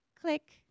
click